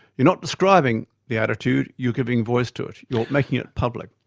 you're not describing the attitude, you're giving voice to it, you're making it public.